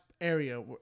area